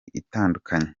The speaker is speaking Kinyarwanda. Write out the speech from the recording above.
itandukanye